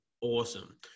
awesome